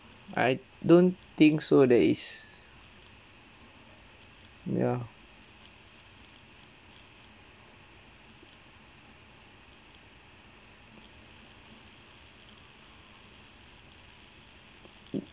I don't think so there is ya